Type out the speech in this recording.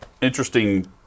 interesting